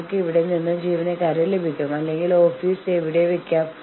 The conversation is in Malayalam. അതിനാൽ ആരെങ്കിലും നിങ്ങളോട് വിയോജിക്കുന്നുവെങ്കിൽ അവർക്ക് നഷ്ടങ്ങൾ ഉണ്ടാകാം